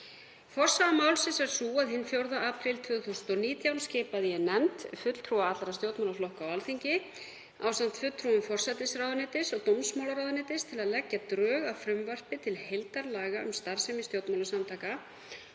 Forsaga málsins er sú að hinn 4. apríl 2019 skipaði ég nefnd fulltrúa allra stjórnmálaflokka á Alþingi, ásamt fulltrúum forsætisráðuneytis og dómsmálaráðuneytis, til að leggja drög að frumvarpi til heildarlaga um starfsemi stjórnmálasamtaka